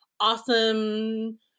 awesome